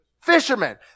Fishermen